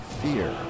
fear